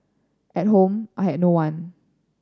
at home I had no one